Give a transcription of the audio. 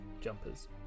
Jumpers